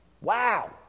Wow